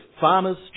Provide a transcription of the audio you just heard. farmers